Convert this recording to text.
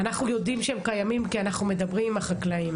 אנחנו יודעים שהם קיימים כי אנחנו מדברים עם החקלאים.